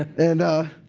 and